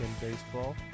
baseball